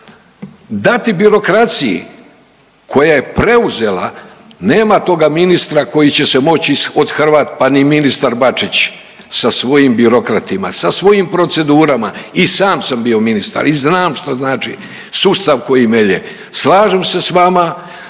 Dati birokraciji koja je preuzela nema toga ministra koji će se moći othrvat, pa ni ministar Bačić sa svojim birokratima, sa svojim procedurama i sam sam bio ministar i znam šta znači sustav koji melje. Slažem se s vama